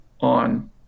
on